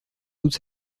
toute